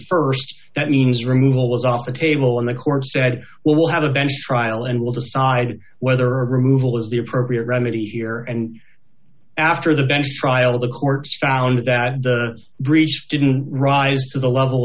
of st that means removal was off the table and the court said well we'll have a bench trial and we'll decide whether removal is the appropriate remedy here and after the bench trial the court found that the breach didn't rise to the level